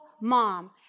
mom